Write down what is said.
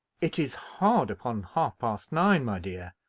it is hard upon half-past nine, my dear.